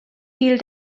fiel